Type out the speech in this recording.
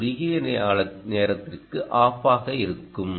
மிகக் குறுகிய நேரத்திற்கு ஆஃப் ஆக இருக்கும்